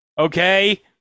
Okay